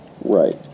Right